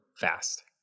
fast